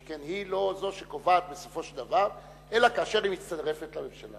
שכן היא לא זו שקובעת בסופו של דבר אלא כאשר היא מצטרפת לממשלה.